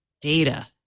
Data